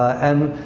and,